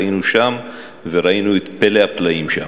היינו שם וראינו את פלא הפלאים שם.